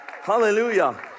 Hallelujah